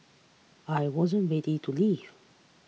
I wasn't ready to leave